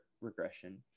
regression